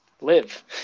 live